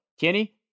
kenny